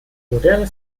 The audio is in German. moderne